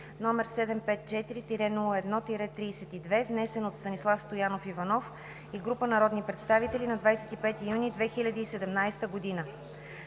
№ 754-01-32, внесен от Станислав Стоянов Иванов и група народни представители на 27 юни 2017 г.“